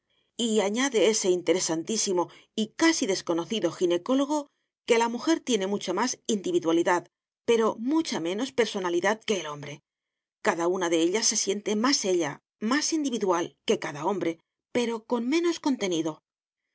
y añade ese interesantísimo y casi desconocido ginecólogo que la mujer tiene mucha más individualidad pero mucha menos personalidad que el hombre cada una de ellas se siente más ella más individual que cada hombre pero con menos contenido